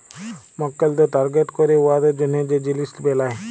মক্কেলদের টার্গেট ক্যইরে উয়াদের জ্যনহে যে জিলিস বেলায়